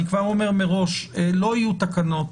אני כבר אומר מראש לא יהיו תקנות